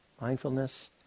Mindfulness